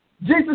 Jesus